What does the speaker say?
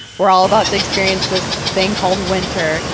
we're all about to experience this thing called winter.